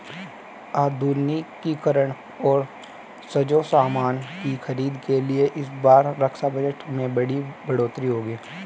आधुनिकीकरण और साजोसामान की खरीद के लिए इस बार रक्षा बजट में बड़ी बढ़ोतरी होगी